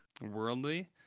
Worldly